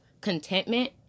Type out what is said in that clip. contentment